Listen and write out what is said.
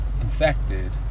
infected